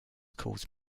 caused